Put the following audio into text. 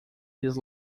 his